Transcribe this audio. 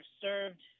served